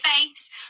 face